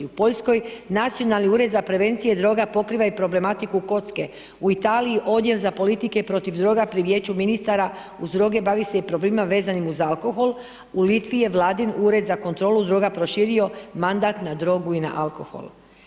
U Poljskoj, nacionalni ured za prevencije droga, pokriva i problematiku kocke, u Italiji, odjel za politike protiv druga pri vijeću ministara, uz droge, bavi se i … vezanim uz alkohol, u Litvi je vladin ured za kontrolu droga proširio mandat na drogu i na alkohol.